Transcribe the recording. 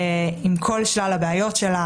עם כל שלל הבעיות שלה